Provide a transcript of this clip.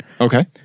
Okay